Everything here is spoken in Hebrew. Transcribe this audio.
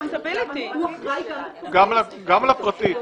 הוא אחראי גם בפרטית.